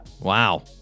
Wow